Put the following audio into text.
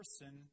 person